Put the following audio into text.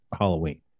Halloween